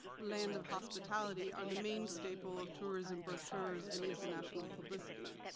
land of hospitality, are the main staple of tourism brochures and international publicity.